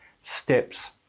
steps